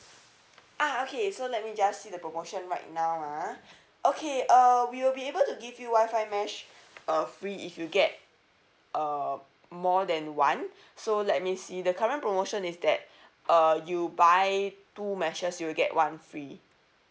ah okay so let me just see the promotion right now ah okay uh we'll be able to give you WI-FI mesh uh free if you get uh more than one so let me see the current promotion is that uh you buy two meshes you will get one free